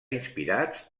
inspirats